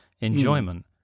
enjoyment